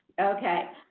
Okay